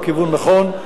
הכיוון נכון.